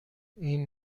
این